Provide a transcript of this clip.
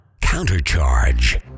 Countercharge